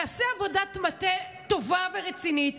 תעשה עבודת מטה טובה ורצינית.